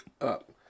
up